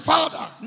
Father